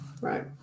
Right